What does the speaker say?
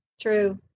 True